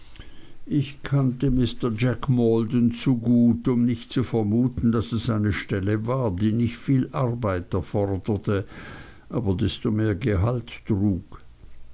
ich kannte mr jack maldon zu gut um nicht zu vermuten daß es eine stelle war die nicht viel arbeit erforderte aber desto mehr gehalt trug